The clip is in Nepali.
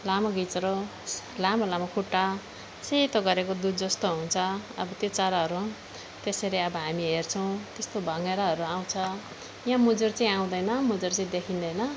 लामो घिच्रो लामो लामो खुट्टा सेतो गरेको दुधजस्तो हुन्छ अब त्यो चराहरू त्यसरी अब हामी हेर्छौँ त्यस्तो भँगेराहरू आउँछ यहाँ मुजुर चाहिँ आउँदैन मुजुर चाहिँ देखिँदैन